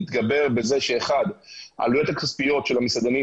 מתגברת בזה שהעלויות הכספיות של המסעדנים